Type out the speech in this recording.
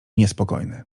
niespokojny